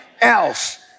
else